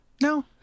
no